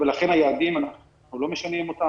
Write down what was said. אנחנו לא משנים את היעדים,